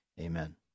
Amen